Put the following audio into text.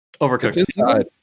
Overcooked